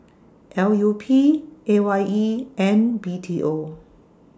L U P A Y E and B T O